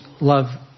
love